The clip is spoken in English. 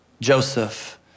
Joseph